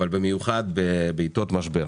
אבל במיוחד בעתות משבר.